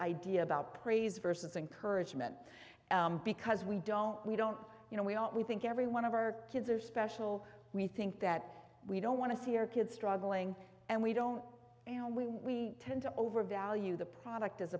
idea about praise versus encouragement because we don't we don't you know we don't we think every one of our kids are special we think that we don't want to see our kids struggling and we don't and we tend to overvalue the product as